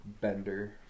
Bender